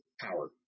power